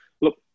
look